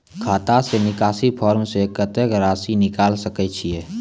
खाता से निकासी फॉर्म से कत्तेक रासि निकाल सकै छिये?